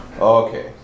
Okay